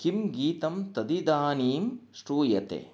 किम् गीतं तदिदानीं श्रूयते